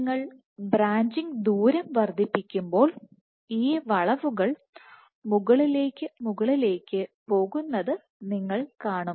നിങ്ങൾ ബ്രാഞ്ചിംഗ് ദൂരം വർദ്ധിപ്പിക്കുമ്പോൾ ഈ വളവുകൾ മുകളിലേക്ക് മുകളിലേക്ക് പോകുന്നത് നിങ്ങൾ കാണും